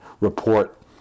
report